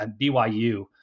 BYU